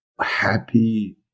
happy